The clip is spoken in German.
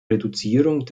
reduzierung